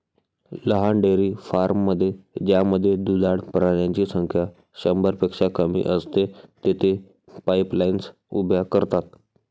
लहान डेअरी फार्ममध्ये ज्यामध्ये दुधाळ प्राण्यांची संख्या शंभरपेक्षा कमी असते, तेथे पाईपलाईन्स उभ्या करतात